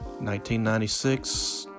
1996